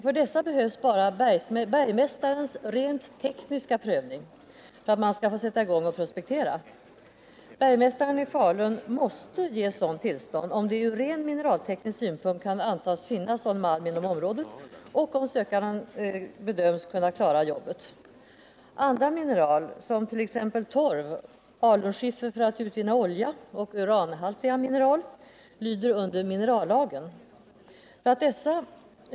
För dessa behövs bara bergmästarens rent tekniska prövning för att man skall få sätta i gång och prospektera. Bergmästaren i Falun måste ge sådant tillstånd om det från rent mineralteknisk synpunkt kan antas finnas sådan malm inom området och om sökanden bedöms kunna klara jobbet. Andra mineral, som t.ex. torv, alunskiffer för att utvinna olja och uranhaltiga mineral, lyder under minerallagen.